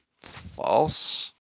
False